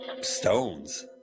stones